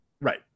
Right